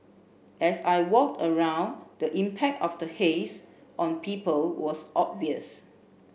as I walked around the impact of the haze on people was obvious